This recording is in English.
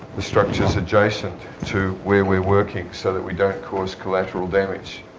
the structures adjacent to where we're working so that we don't cause collateral damage.